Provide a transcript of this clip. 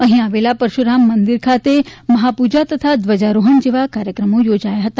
અહીં આવેલા પરશુરામ મંદિર ખાતે મહાપૂજા તથા ધ્વજારોહણ જેવા કાર્યક્રમ યોજાયા હતા